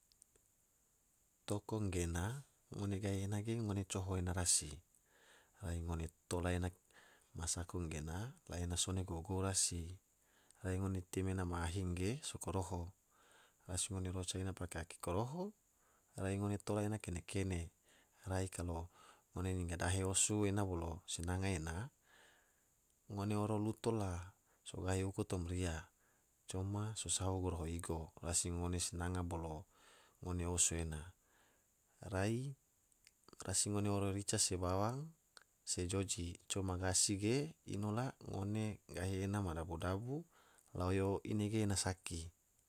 Toko gena ngone gahi ena ge ngone coho ena rasi, rai ngone tola ena ma sako gena la ena sone gou gou rasi, rai ngone tim ena ma ahi ge so koroho, rasi ngone roca ena pake ake koroho rai ngone tola ene kene kene rai kalo ngone nyinga dahe osu ena bolo sinanga ngone oro luto la so gahi uku tom ria coma so sahu goroho igo rasi ngone sinanga bolo ngone osu ena, rai rasi ngone oro rica se bawang se joji coma gasi ge ino la ngone gahi ena ma dabu dabu la ngone oyo ine ge ena saki.